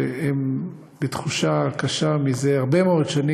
שזה הרבה מאוד שנים הם בתחושה קשה של מגננה,